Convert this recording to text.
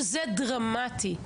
שזה דרמטי.